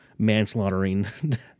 manslaughtering